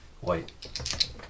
white